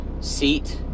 seat